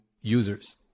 users